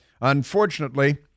Unfortunately